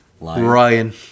Ryan